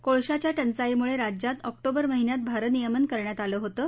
कोळशाच्या टंचाईमुळे राज्यात ऑक्टोबर महिन्यात भारनियमन करण्यात आलं होतं